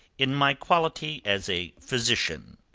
in my quality as a physician,